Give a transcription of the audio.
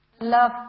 Love